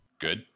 good